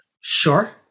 Sure